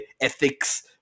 ethics